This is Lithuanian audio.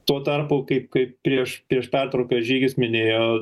tuo tarpu kaip kaip prieš prieš pertrauką žygis minėjo